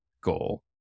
goal